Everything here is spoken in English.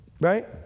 Right